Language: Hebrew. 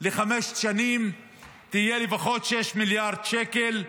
לחמש שנים תהיה לפחות 6 מיליארד שקל,